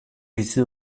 bizi